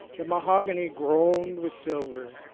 the mahogany groaned with silver.